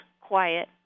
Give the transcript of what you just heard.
quiet